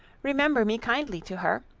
remember me kindly to her.